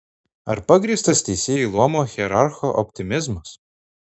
ar pagrįstas teisėjų luomo hierarcho optimizmas